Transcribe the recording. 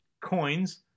coins